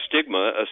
stigma